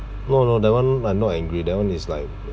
no no that [one] I'm not angry that [one] is like